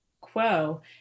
quo